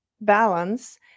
balance